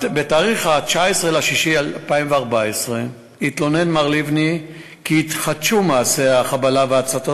בתאריך 19 ביוני 2014 התלונן מר לבני כי התחדשו מעשי החבלה וההצתות